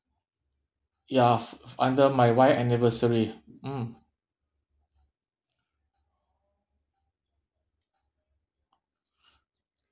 ya f~ under my wife anniversary mm